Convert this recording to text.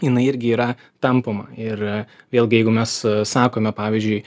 jinai irgi yra tampoma ir vėlgi jeigu mes sakome pavyzdžiui